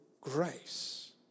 grace